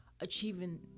achieving